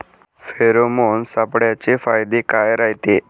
Pheromone सापळ्याचे फायदे काय रायते?